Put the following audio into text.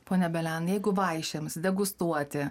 pone belian jeigu vaišėms degustuoti